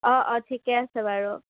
অঁ অঁ ঠিকে আছে বাৰু